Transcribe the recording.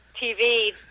TV